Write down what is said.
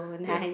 ya